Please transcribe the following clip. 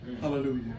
Hallelujah